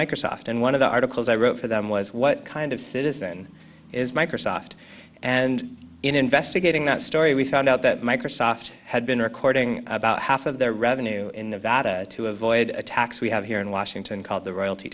microsoft and one of the articles i wrote for them was what kind of citizen is microsoft and in investigating that story we found out that microsoft had been recording about half of their revenue in nevada to avoid a tax we have here in washington called the royalty